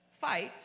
fight